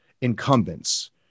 incumbents